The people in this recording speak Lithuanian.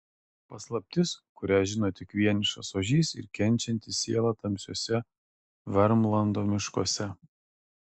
paslaptis kurią žino tik vienišas ožys ir kenčianti siela tamsiuose vermlando miškuose